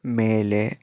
ಮೇಲೆ